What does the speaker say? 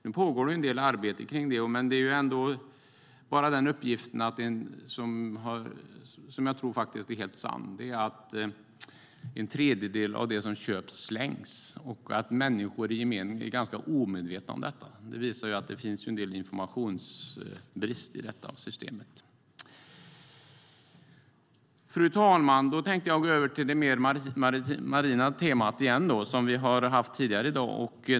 Nu pågår det en del arbete kring det. En uppgift som jag tror är helt sann är att en tredjedel av det som köps slängs. Människor i gemen är ganska omedvetna om detta. Det visar att det finns en del informationsbrister i detta system. Fru talman! Jag tänkte återgå till det marina temat, som vi har haft tidigare i dag.